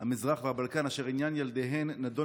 המזרח והבלקן אשר עניין ילדיהן נדון